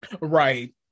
Right